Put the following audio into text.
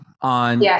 on